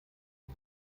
von